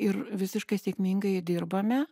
ir visiškai sėkmingai dirbame